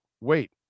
wait